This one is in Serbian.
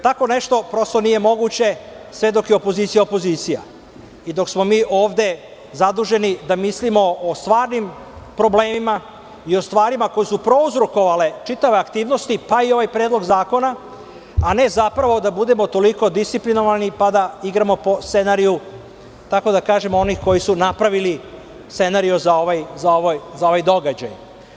Tako nešto, prosto, nije moguće sve dok je opozicija opozicija i dok smo mi ovde zaduženi da mislimo o stvarnim problemima i o stvarima koje su prouzrokovale čitave aktivnosti, pa i ovaj predlog zakona, a ne zapravo da budemo toliko disciplinovani pa da igramo po scenariju, kako da kažem, onih koji su napravili scenario za ovaj događaj.